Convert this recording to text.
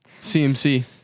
CMC